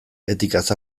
etikaz